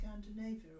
scandinavia